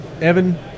evan